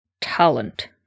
talent